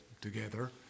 together